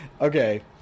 Okay